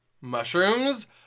Mushrooms